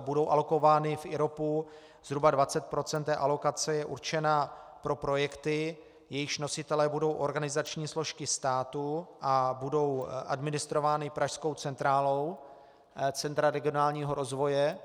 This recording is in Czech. budou alokovány v IROPu, zhruba 20 % alokace je určeno pro projekty, jejichž nositelé budou organizační složky státu a budou administrovány pražskou centrálou Centra regionálního rozvoje.